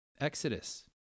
Exodus